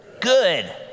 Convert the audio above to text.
good